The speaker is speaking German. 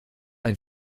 ein